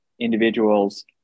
individuals